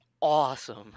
awesome